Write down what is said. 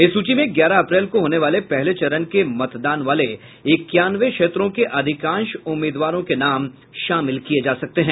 इस सूची में ग्यारह अप्रैल को होने वाले पहले चरण के मतदान वाले इक्यानवे क्षेत्रों के अधिकांश उम्मीदवारों के नाम शामिल किये जा सकते हैं